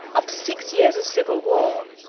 after six years of civil war,